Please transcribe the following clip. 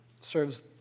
serves